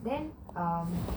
then um